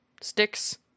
sticks